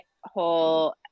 whole